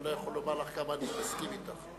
אני לא יכול לומר לך כמה אני מסכים אתך.